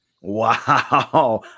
Wow